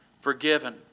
forgiven